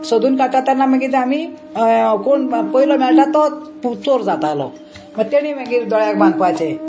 सोदून काडटा तेन्ना मागीर आमी कोण पयलो मेळटा तोच चोर जातालो तेणी मागीर दोळ्याक बांदपाचे